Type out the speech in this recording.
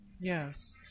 Yes